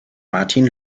martin